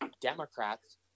Democrats